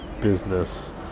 business